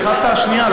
נכנסת השנייה,